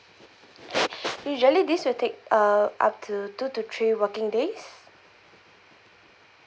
usually this will take uh up to two to three working days